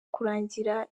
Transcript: kurangira